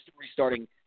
restarting